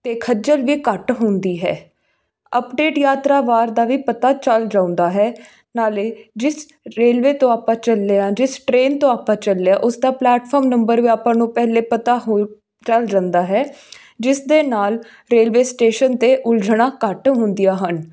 ਅਤੇ ਖੱਜਲ ਵੀ ਘੱਟ ਹੁੰਦੀ ਹੈ ਅਪਡੇਟ ਯਾਤਰਾ ਵਾਰ ਦਾ ਵੀ ਪਤਾ ਚੱਲ ਜਾਂਦਾ ਹੈ ਨਾਲੇ ਜਿਸ ਰੇਲਵੇ ਤੋਂ ਆਪਾਂ ਚੱਲੇ ਹਾਂ ਜਿਸ ਟਰੇਨ ਤੋਂ ਆਪਾਂ ਚੱਲੇ ਹਾਂ ਉਸਦਾ ਪਲੈਟਫੋਰਮ ਨੰਬਰ ਵੀ ਆਪਾਂ ਨੂੰ ਪਹਿਲਾਂ ਪਤਾ ਹੋ ਚੱਲ ਜਾਂਦਾ ਹੈ ਜਿਸ ਦੇ ਨਾਲ ਰੇਲਵੇ ਸਟੇਸ਼ਨ 'ਤੇ ਉਲਝਣਾਂ ਘੱਟ ਹੁੰਦੀਆਂ ਹਨ